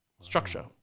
structure